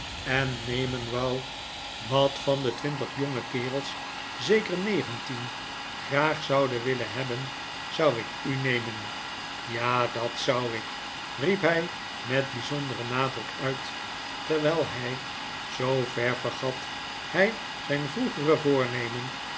en nemen wou wat van de twintig jonge kerels zeker negentien graag zouden willen hebben zou ik u nemen ja dat zou ik riep hij met bijzonder en nadruk uit terwijl hij zoover vergat hij zijn vroegere voornemen